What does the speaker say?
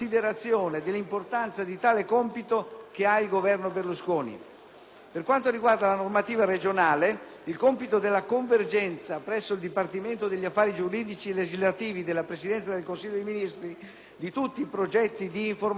Per quanto riguarda la normativa regionale, il compito della convergenza presso il dipartimento degli affari giuridici e legislativi della Presidenza del Consiglio dei Ministri di tutti i progetti di informatizzazione e classificazione delle normative - compito affidato al Ministro